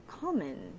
common